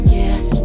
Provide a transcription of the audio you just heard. yes